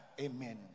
Amen